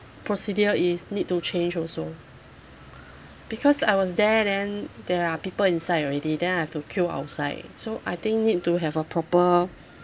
procedure is need to change also because I was there then there are people inside already then I have to queue outside so I think need to have a proper